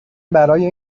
برای